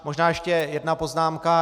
Možná ještě jedna poznámka.